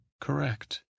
Correct